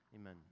Amen